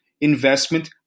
investment